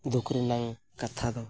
ᱫᱩᱠ ᱨᱮᱱᱟᱜ ᱠᱟᱛᱷᱟ ᱫᱚ